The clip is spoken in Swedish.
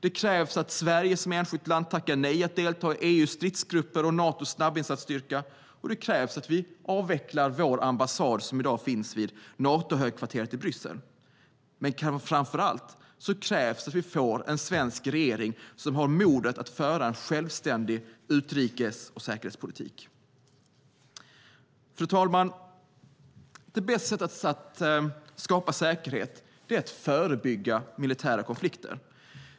Det krävs att Sverige som enskilt land tackar nej till att delta i EU:s stridstrupper och Natos snabbinsatsstyrka, och det krävs att vi avvecklar vår ambassad vid Natohögkvarteret i Bryssel. Det krävs framför allt att vi får en svensk regering som har modet att föra en självständig utrikes och säkerhetspolitik. Det bästa sättet att skapa säkerhet är att förebygga militära konflikter.